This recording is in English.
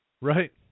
Right